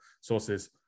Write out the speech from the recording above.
sources